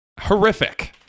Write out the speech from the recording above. Horrific